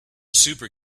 super